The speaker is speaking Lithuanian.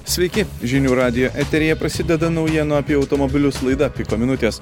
sveiki žinių radijo eteryje prasideda naujienų apie automobilius laida piko minutės